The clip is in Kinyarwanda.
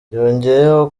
yongeyeho